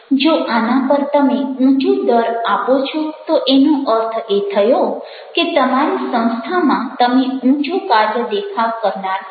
જો આના પર તમે ઊંચો દર આપો છો તો એનો અર્થ એ થયો કે તમારી સંસ્થામાં તમે ઊંચો કાર્ય દેખાવ કરનાર છો